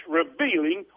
revealing